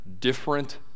different